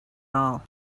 all